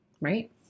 Right